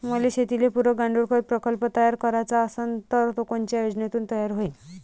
मले शेतीले पुरक गांडूळखत प्रकल्प तयार करायचा असन तर तो कोनच्या योजनेतून तयार होईन?